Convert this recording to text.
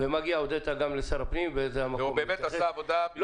והודית גם לשר הפנים וזה המקום --- הוא באמת עשה עבודה בלתי רגילה.